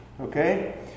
Okay